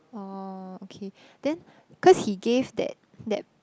orh okay then cause he gave that that